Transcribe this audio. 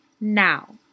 now